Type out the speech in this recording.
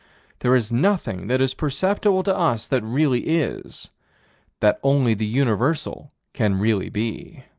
there is nothing that is perceptible to us that really is that only the universal can really be.